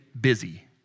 busy